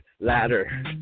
ladder